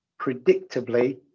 predictably